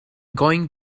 going